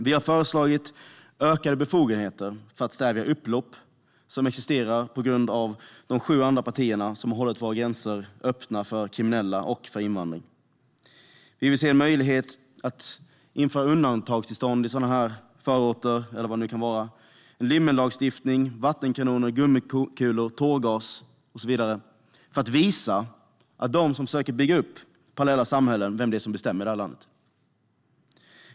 Vi har föreslagit ökade befogenheter för att stävja upplopp som existerar på grund av att de sju andra partierna har hållit våra gränser helt öppna för kriminella och för invandring. Vi vill se möjlighet till undantagstillstånd i förorter och på andra platser. Vi vill ha en lymmellagstiftning och tillåta användning av vattenkanoner, gummikulor, tårgas och så vidare för att visa dem som försöker bygga upp parallella samhällen vem som bestämmer i vårt land.